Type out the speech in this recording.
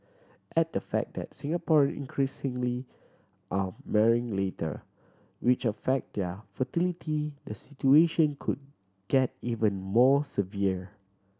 add the fact that Singaporean increasingly are marrying later which affect their fertility the situation could get even more severe